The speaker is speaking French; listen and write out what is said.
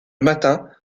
matin